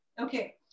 Okay